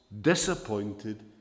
disappointed